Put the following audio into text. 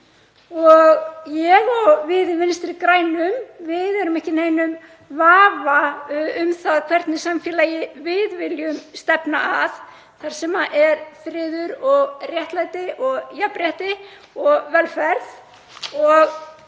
Ég og við í Vinstri grænum, við erum ekki í neinum vafa um það hvernig samfélagi við viljum stefna að, þar sem er friður, réttlæti, jafnrétti, velferð og